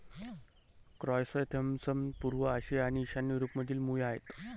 chrysanthemums पूर्व आशिया आणि ईशान्य युरोपमधील मूळ आहेत